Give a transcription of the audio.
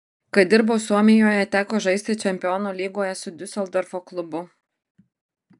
kai dirbau suomijoje teko žaisti čempionų lygoje su diuseldorfo klubu